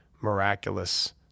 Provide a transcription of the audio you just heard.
miraculous